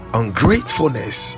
ungratefulness